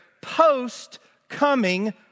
post-coming